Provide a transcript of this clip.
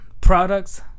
products